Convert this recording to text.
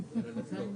15:02.